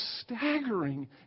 staggering